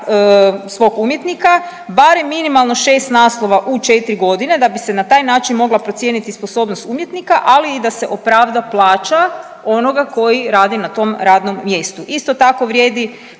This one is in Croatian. svog umjetnika barem minimalno šest naslova u četri godine da bi se na taj način mogla procijeniti sposobnost umjetnika, ali i da se opravda plaća onoga koji radi na tom radnom mjestu. Isto tako vrijedi